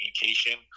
communication